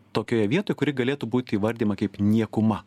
tokioje vietoj kuri galėtų būti įvardijama kaip niekuma